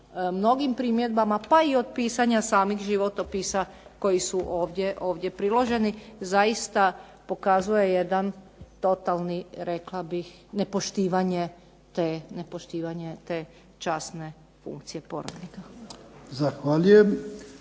mnogim primjedbama pa i od pisanja samih životopisa koji su ovdje priloženi. Zaista pokazuje jedan totalni, rekla bih nepoštivanje te časne funkcije porotnika.